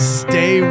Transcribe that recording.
stay